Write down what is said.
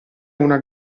una